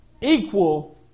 equal